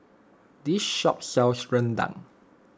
this shop sells Rendang